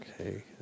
okay